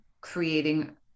creating